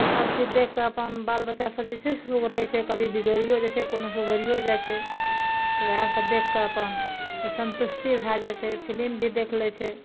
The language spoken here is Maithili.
तऽ सब चीज देख कऽ अपन बाल बच्चा सब बिशेष लोग रहै छै कभी बिगैड़ियो जाइ छै कोनो सुधैरियो जाइ छै तऽ ओहए सब देख कऽ अपन सन्तुष्टि भए जाइ छै फिलिम भी देख लै छै